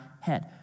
head